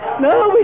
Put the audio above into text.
No